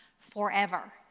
forever